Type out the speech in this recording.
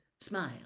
smile